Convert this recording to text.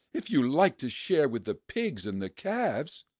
if you like to share with the pigs and the calves!